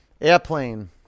Airplane